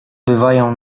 bywają